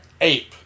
ape